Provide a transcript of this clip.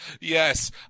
Yes